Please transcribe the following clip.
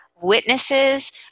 Witnesses